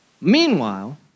Meanwhile